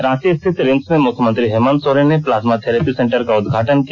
रांची स्थित रिम्स में मुख्यमंत्री हेमंत सोरेन ने प्लाज्मा थेरेपी सेंटर का उदघाटन किया